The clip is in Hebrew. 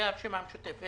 אנשי הרשימה המשותפת,